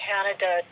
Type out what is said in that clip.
Canada